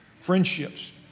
friendships